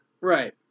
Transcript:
right